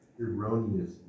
erroneous